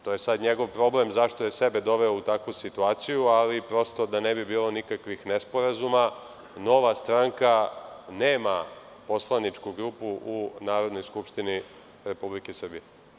To je sada njegov problem zašto je sebe doveo u takvu situaciju, ali prosto da ne bi bilo nesporazuma, Nova stranka nema poslaničku grupu u Narodnoj skupštini Republike Srbije.